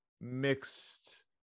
mixed